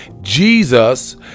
Jesus